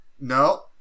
No